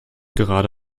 gerade